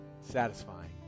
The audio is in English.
Satisfying